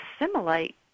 assimilate